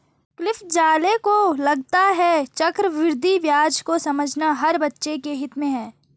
Cliff Zale को लगता है चक्रवृद्धि ब्याज को समझना हर बच्चे के हित में है